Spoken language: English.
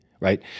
right